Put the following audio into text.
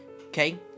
Okay